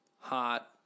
hot